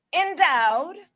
endowed